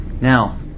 Now